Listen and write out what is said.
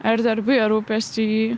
ar darbai ar rūpesčiai